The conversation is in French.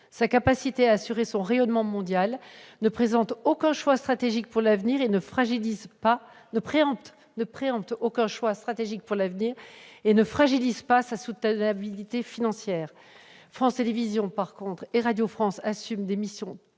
sa capacité à assurer son rayonnement mondial, ne préempte aucun choix stratégique pour l'avenir et ne fragilise pas sa soutenabilité financière. En revanche, France Télévisions et Radio France assument des missions